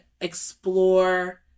explore